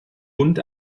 hund